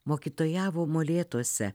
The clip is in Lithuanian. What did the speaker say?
mokytojavo molėtuose